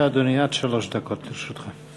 בבקשה, אדוני, עד שלוש דקות לרשותך.